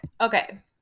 Okay